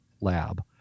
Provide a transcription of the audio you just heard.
lab